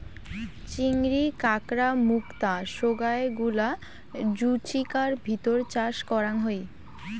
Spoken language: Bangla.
চিংড়ি, কাঁকড়া, মুক্তা সোগায় গুলা জুচিকার ভিতর চাষ করাং হই